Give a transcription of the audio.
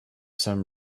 some